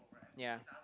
ya